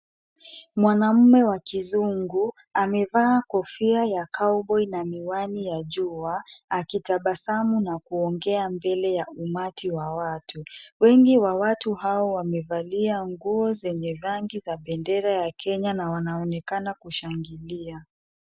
Mwanamume wa kizungu, amevaa kofia ya cowboy na miwani ya jua, akitabasamu na kuongea mbele ya umati wa watu. Wengi wa watu hao wamevalia nguo zenye rangi za bendera ya Kenya na wanaonekana kushangilia.